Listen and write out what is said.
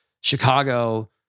Chicago